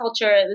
culture